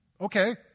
Okay